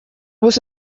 was